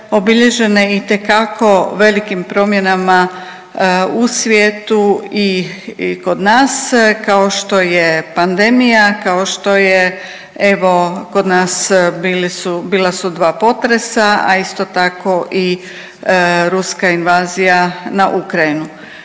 obilježene itekako velikim promjenama u svijetu i kod nas kao što je pandemija, kao što je evo kod nas bila su dva potresa, a isto tako i ruska invazija na Ukrajinu.